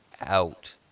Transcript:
out